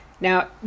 now